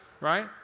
right